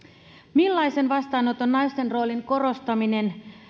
millaisen vastaanoton naisten roolin korostaminen